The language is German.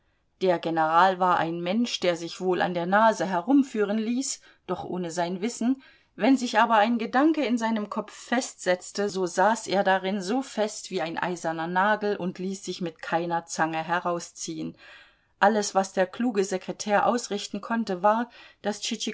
der general war ein mensch der sich wohl an der nase herumführen ließ doch ohne sein wissen wenn sich aber ein gedanke in seinem kopf festsetzte so saß er darin so fest wie ein eiserner nagel und ließ sich mit keiner zange herausziehen alles was der kluge sekretär ausrichten konnte war daß